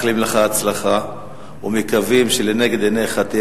מאחלים לך הצלחה ומקווים שלנגד עיניך תהיה